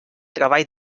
treball